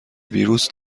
ویروس